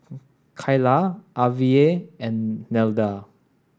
Kyla Avie and Nelda